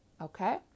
okay